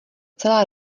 celá